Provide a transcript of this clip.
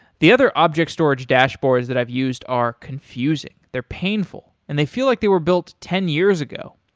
the other object storage dashboards that i've used are confusing, they're painful, and they feel like they were built ten years ago.